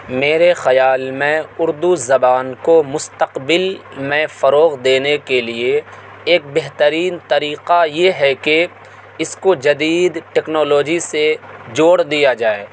میرے خیال میں اردو زبان کو مستقبل میں فروغ دینے کے لیے ایک بہترین طریقہ یہ ہے کہ اس کو جدید ٹیکنالوجی سے جوڑ دیا جائے